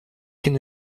can